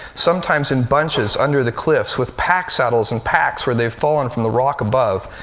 sometimes in bunches under the cliffs, with pack saddles and packs where they've fallen from the rock above,